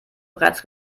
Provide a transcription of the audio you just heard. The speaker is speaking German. bereits